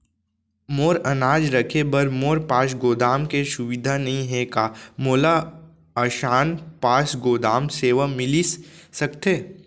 मोर अनाज रखे बर मोर पास गोदाम के सुविधा नई हे का मोला आसान पास गोदाम सेवा मिलिस सकथे?